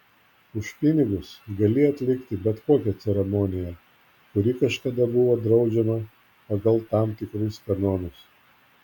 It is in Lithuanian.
už pinigus gali atlikti bet kokią ceremoniją kuri kažkada buvo draudžiama pagal tam tikrus kanonus